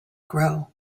grow